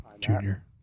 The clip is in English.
Junior